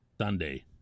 Sunday